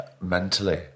mentally